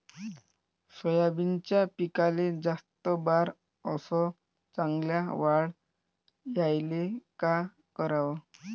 सोयाबीनच्या पिकाले जास्त बार अस चांगल्या वाढ यायले का कराव?